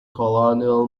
colonial